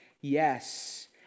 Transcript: yes